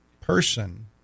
person